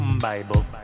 Bible